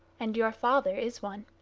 and your father is one.